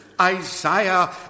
Isaiah